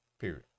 period